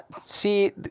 See